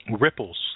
ripples